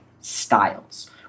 styles